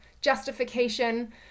justification